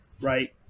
right